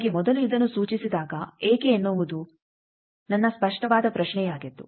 ನನಗೆ ಮೊದಲು ಇದನ್ನು ಸೂಚಿಸಿದಾಗ ಏಕೆ ಎನ್ನುವುದು ನನ್ನ ಸ್ಪಷ್ಟವಾದ ಪ್ರಶ್ನೆಯಾಗಿತ್ತು